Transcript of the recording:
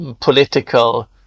political